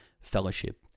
Fellowship